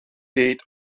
date